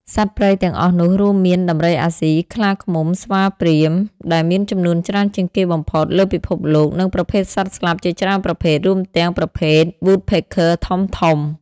សត្វព្រៃទាំងអស់នោះរួមមាន ដំរីអាស៊ី ខ្លាឃ្មុំ ស្វាព្រាហ្មណ៍ ដែលមានចំនួនច្រើនជាងគេបំផុតលើពិភពលោកនិងប្រភេទសត្វស្លាបជាច្រើនប្រភេទ រួមទាំងប្រភេទ វ៉ូដ ភេក ឃើ Woodpecker ធំៗ។